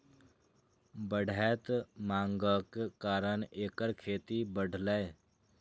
बढ़ैत मांगक कारण एकर खेती बढ़लैए